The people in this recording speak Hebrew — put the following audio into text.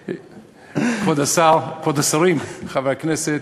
כבוד השר, כבוד השרים, חברי הכנסת,